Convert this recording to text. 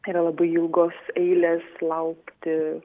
yra labai ilgos eilės laukti